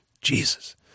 Jesus